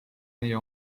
meie